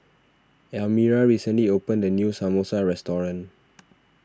Elmyra recently opened a new Samosa restaurant